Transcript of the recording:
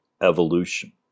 evolution